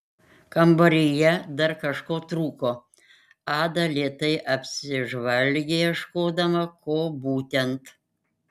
kambaryje dar kažko trūko ada lėtai apsižvalgė ieškodama ko būtent